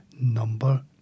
number